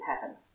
heaven